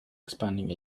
expanding